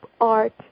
art